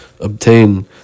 obtain